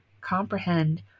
comprehend